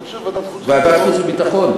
אני חושב ועדת החוץ והביטחון.